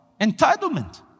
Entitlement